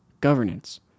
governance